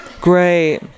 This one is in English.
Great